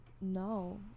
no